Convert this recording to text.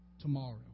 tomorrow